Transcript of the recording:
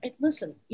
listen